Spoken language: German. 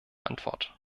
antwort